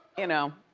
you know.